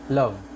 love